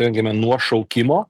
rengiame nuo šaukimo